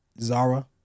Zara